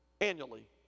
annually